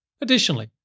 Additionally